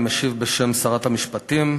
אני משיב בשם שרת המשפטים.